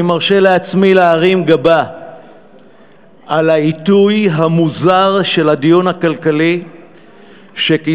אני מרשה לעצמי להרים גבה על העיתוי המוזר של הדיון הכלכלי שכינסה